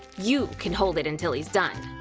you can hold it until he's done.